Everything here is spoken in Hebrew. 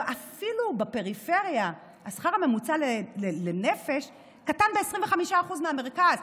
בפריפריה אפילו השכר הממוצע לנפש קטן ב-25% מהמרכז.